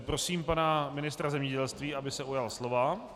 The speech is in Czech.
Prosím pana ministra zemědělství, aby se ujal slova.